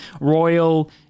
royal